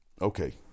Okay